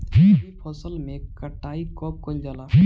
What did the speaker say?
रबी फसल मे कटाई कब कइल जाला?